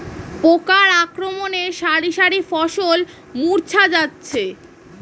পোকার আক্রমণে শারি শারি ফসল মূর্ছা যাচ্ছে